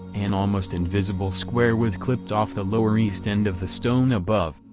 an almost invisible square was clipped off the lower east end of the stone above,